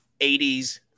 80s